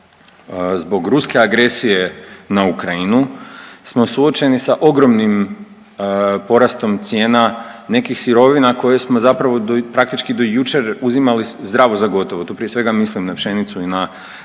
zbog ruske agresije na Ukrajinu smo suočeni sa ogromnim porastom cijena nekih sirovina koje smo zapravo do, praktički do jučer uzimali zdravo za gotovo, tu prije svega mislim na pšenicu i na uljarice